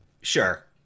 Sure